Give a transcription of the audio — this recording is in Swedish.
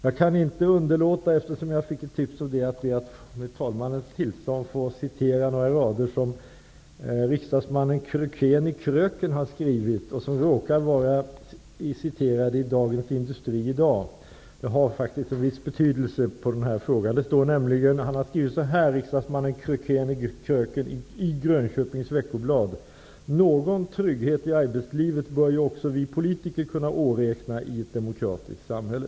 Jag kan inte underlåta, med talmannens tillstånd, att läsa upp några rader som riksdagsman Krökén i Kröken har skrivit i Grönköpings Veckoblad, rader som i dag citeras i Dagens Industri, vilka har viss betydelse i den här frågan: Någon trygghet i arbetslivet bör ju också vi politiker kunna åräkna i ett demokratiskt samhälle.